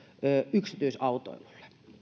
yksityisautoilulle